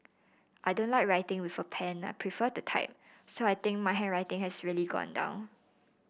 I don't like writing with a pen I prefer to type so I think my handwriting has really gone down